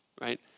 right